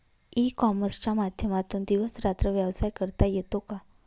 E कॉमर्सच्या माध्यमातून दिवस रात्र व्यवसाय करता येतो का?